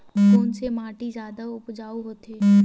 कोन से माटी जादा उपजाऊ होथे?